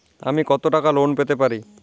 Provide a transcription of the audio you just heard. আমি কত টাকা লোন পেতে পারি?